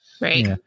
right